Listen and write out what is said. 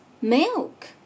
milk